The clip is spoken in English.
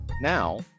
Now